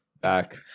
back